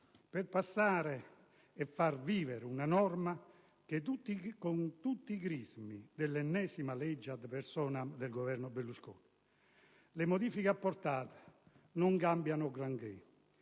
far passare e far vivere una norma che ha tutti i crismi dell'ennesima legge *ad personam* del Governo Berlusconi. Le modifiche apportate non cambiano granché.